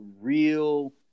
real